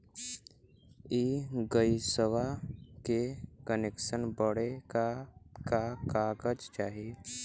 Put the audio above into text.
इ गइसवा के कनेक्सन बड़े का का कागज चाही?